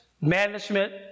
management